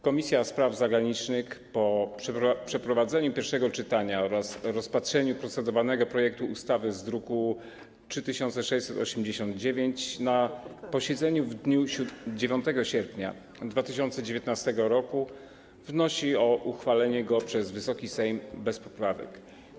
Komisja Spraw Zagranicznych po przeprowadzeniu pierwszego czytania oraz rozpatrzeniu procedowanego projektu ustawy z druku nr 3689 na posiedzeniu w dniu 9 sierpnia 2019 r. wnosi o uchwalenie go przez Wysoki Sejm bez poprawek.